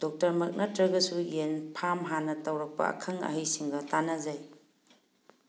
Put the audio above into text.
ꯗꯣꯛꯇꯔꯃꯛ ꯅꯠꯇ꯭ꯔꯒꯁꯨ ꯌꯦꯟ ꯐꯥꯝ ꯍꯥꯟꯅ ꯇꯧꯔꯛꯄ ꯑꯈꯪ ꯑꯍꯩꯁꯤꯡꯒ ꯇꯥꯟꯅꯖꯩ